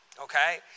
Okay